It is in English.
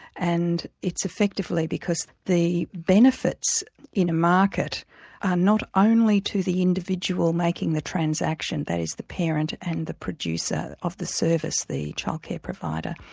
and it's effectively because the benefits in a market are not only to the individual making the transaction, that is the parent and the producer of the service, the childcare provider.